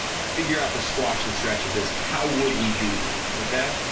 figure out the squash and stretch of this, how would we do that, okay?